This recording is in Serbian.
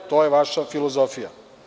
To je vaša filozofija.